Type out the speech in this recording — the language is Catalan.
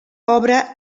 obra